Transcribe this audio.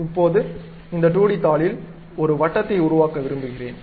இப்போது இந்த 2d தாளில் ஒரு வட்டத்தை உருவாக்க விரும்புகிறேன்